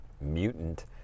mutant